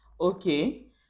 okay